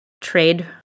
trade